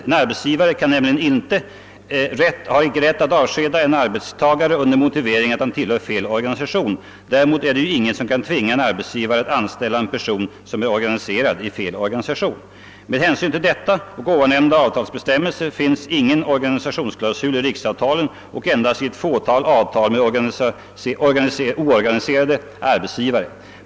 En arbetsgivare har nämligen icke rätt att avskeda en arbetare under motivering att denne tillhör fel organisation. Däremot är det ju ingen som kan tvinga en arbetsgivare att anställa en person som är organiserad i ”fel” organisation. Med hänsyn till detta och ovannämnda avtalsbestämmelse finns ingen organisationsklausul i riksavtalen och endast i ett fåtal avtal med oorganiserade arbetsgivare.